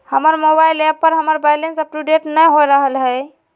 हमर mobile app पर हमर बैलेंस अपडेट नय हो रहलय हें